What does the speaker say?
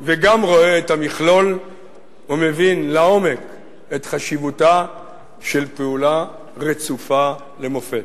וגם רואה את המכלול ומבין לעומק את חשיבותה של פעולה רצופה למופת.